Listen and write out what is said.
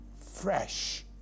fresh